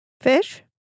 fish